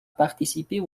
participer